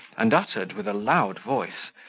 and uttered, with a loud voice,